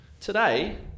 Today